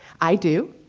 i do.